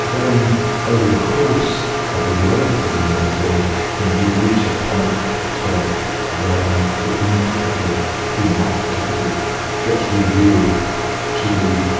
then over the course of the development of the modern world we reach a point of turning where the impact of human activity gets revealed to be,